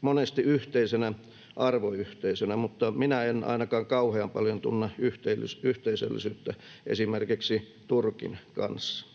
monesti yhteisenä arvoyhteisönä, mutta minä en ainakaan kauhean paljon tunne yhteisöllisyyttä esimerkiksi Turkin kanssa.